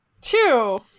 Two